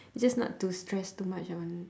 just not to stress too much on